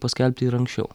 paskelbti ir anksčiau